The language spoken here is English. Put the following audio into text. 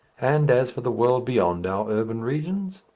and as for the world beyond our urban regions?